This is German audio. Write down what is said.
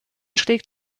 schlägt